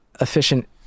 efficient